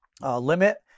limit